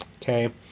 Okay